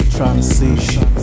Transition